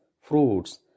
fruits